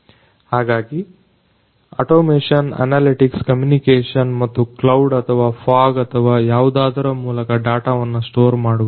ಹಾಗಾಗಿ automation analytics communication ಮತ್ತು cloud ಅಥವಾ ಫಾಗ್ ಅಥವಾ ಯಾವುದಾದರ ಮೂಲಕ ಡಾಟಾವನ್ನು ಸ್ಟೋರ್ ಮಾಡುವುದು